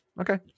Okay